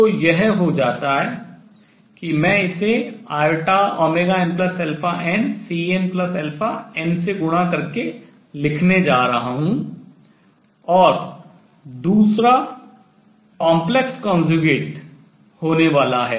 तो यह हो जाता है कि मैं इसे innCnn से गुणा करके लिखने जा रहा हूँ और दूसरा complex conjugate सम्मिश्र संयुग्मी होने वाला है